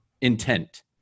intent